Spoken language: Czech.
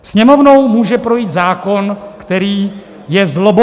Sněmovnou může projít zákon, který je zlobbovaný.